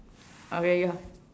okay your